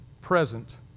present